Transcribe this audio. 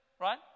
Right